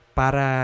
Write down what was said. para